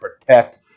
protect